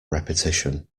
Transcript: repetition